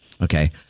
Okay